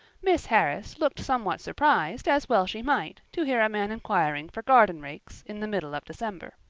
miss harris looked somewhat surprised, as well she might, to hear a man inquiring for garden rakes in the middle of december.